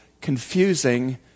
confusing